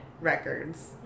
records